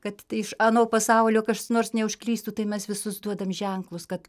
kad iš ano pasaulio kas nors neužklystų tai mes visus duodam ženklus kad